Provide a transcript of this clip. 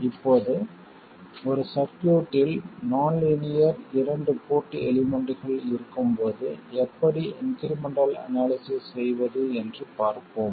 இப்போது ஒரு சர்க்யூட்டில் நான் லீனியர் இரண்டு போர்ட் எலிமெண்ட்கள் இருக்கும்போது எப்படி இன்க்ரிமெண்டல் அனாலிசிஸ் செய்வது என்று பார்ப்போம்